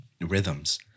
rhythms